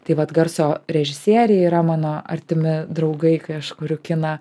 tai vat garso režisieriai yra mano artimi draugai kai aš kuriu kiną